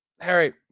Harry